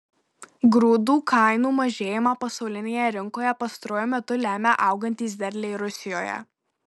grūdų kainų mažėjimą pasaulinėje rinkoje pastaruoju metu lemia augantys derliai rusijoje